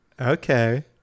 Okay